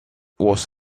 was